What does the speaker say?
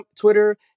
Twitter